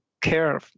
care